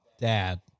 dad